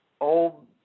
old